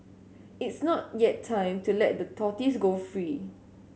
it's not yet time to let the tortoise go free